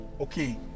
okay